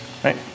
Right